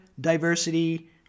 diversity